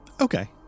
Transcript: Okay